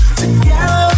together